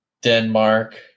Denmark